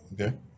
okay